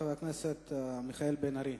חבר הכנסת מיכאל בן-ארי,